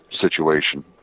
situation